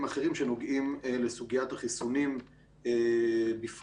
אחרים שנוגעים לסוגית החיסונים בפרט,